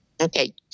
Okay